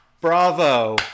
bravo